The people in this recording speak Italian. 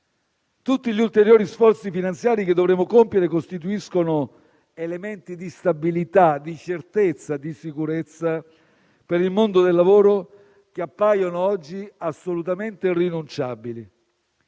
Tutti gli ulteriori sforzi finanziari che dovremo compiere costituiscono elementi di stabilità, di certezza e di sicurezza per il mondo del lavoro che appaiono oggi assolutamente irrinunciabili.